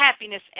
happiness